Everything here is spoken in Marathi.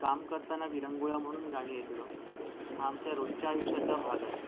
काम करताना विरंगुळा म्हणून गाणी ऐकणं हा आमच्या रोजच्या आयुष्याचा भाग आहे